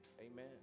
Amen